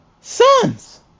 sons